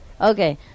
Okay